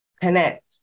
connect